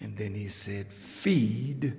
and then he said feed